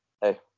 hey